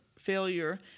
failure